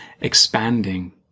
expanding